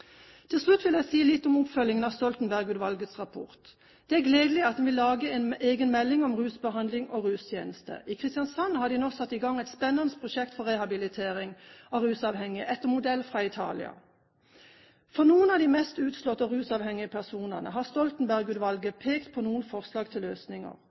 Til slutt vil jeg si litt om oppfølgingen av Stoltenberg-utvalgets rapport. Det er gledelig at en vil lage en egen melding om rusbehandling og rustjeneste. I Kristiansand har man nå satt i gang et spennende prosjekt for rehabilitering av rusmiddelavhengige, etter modell fra Italia. For noen av de mest utslåtte rusmiddelavhengige personer har Stoltenberg-utvalget pekt på noen forslag til løsninger.